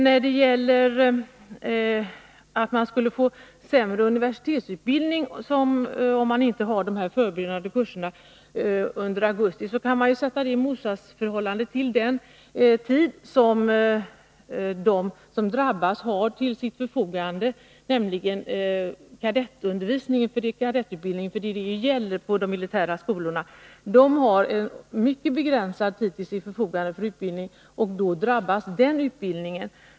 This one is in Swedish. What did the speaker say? Utbildningsministern sade att man skulle få sämre universitetsutbildning om man inte har dessa förberedande kurser i augusti. Det kan man sätta i motsatsförhållande till den tid som de som drabbas har till sitt förfogande i kadettundervisningen — det är nämligen kadettutbildningen på de militära skolorna som detta gäller. De har en mycket begränsad tid till sitt förfogande för utbildning, och då drabbas den utbildningen.